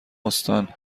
استان